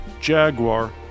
Jaguar